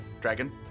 Dragon